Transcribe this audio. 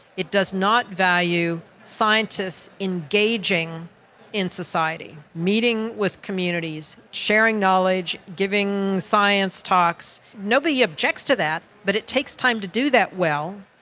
it does not value scientists engaging in society, meeting with communities, sharing knowledge, giving science talks. nobody objects to that but it takes time to do that well,